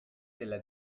della